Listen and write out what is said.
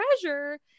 treasure